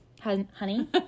honey